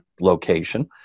location